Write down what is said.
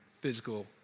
physical